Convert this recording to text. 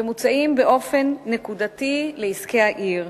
שמוצעים באופן נקודתי לעסקי העיר.